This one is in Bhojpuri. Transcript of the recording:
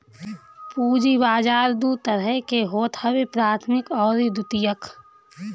पूंजी बाजार दू तरह के होत हवे प्राथमिक अउरी द्वितीयक